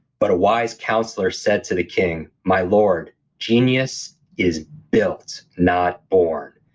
but a wise counselor said to the king, my lord genius is built, not born.